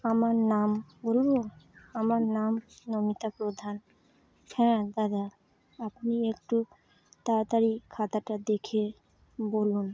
আমার নাম বলবো আমার নাম নমিতা প্রধান হ্যাঁ দাদা আপনি একটু তাড়াতাড়ি খাতাটা দেখে বলুন